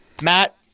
Matt